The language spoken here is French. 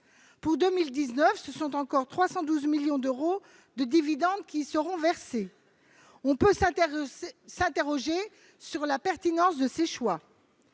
Pour 2019, ce sont encore 312 millions d'euros de dividendes qui seront versés. On peut s'interroger sur la pertinence de ces choix.